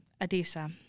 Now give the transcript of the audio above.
Adisa